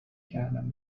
کردم